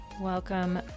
Welcome